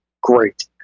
Great